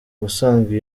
ubusanzwe